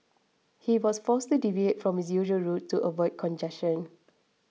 he was forced to deviate from his usual route to avoid congestion